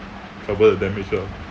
cover the damage lah